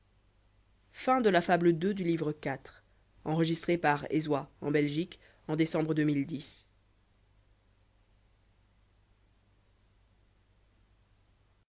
la fable de